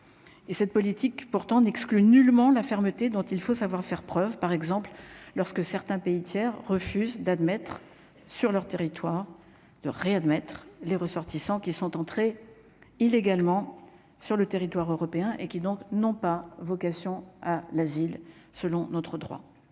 cette politique pourtant n'exclut nullement la fermeté dont il faut savoir faire preuve, par exemple lorsque certains pays tiers refuse d'admettre sur leur territoire de réadmettre les ressortissants qui sont entrés illégalement sur le territoire européen, et qui donc n'ont pas vocation à l'asile, selon notre droit